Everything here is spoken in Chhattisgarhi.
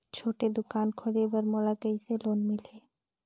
छोटे दुकान खोले बर मोला कइसे लोन मिलही?